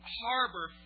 harbor